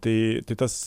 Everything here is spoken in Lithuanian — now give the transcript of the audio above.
tai tai tas